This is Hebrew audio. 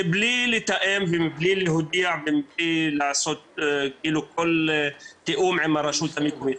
מבלי לתאם ומבלי להודיע ומבלי לעשות כל תיאום עם הרשות המקומית.